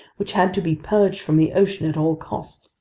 which had to be purged from the ocean at all cost. a